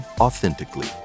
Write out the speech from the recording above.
authentically